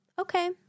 Okay